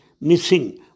missing